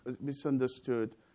misunderstood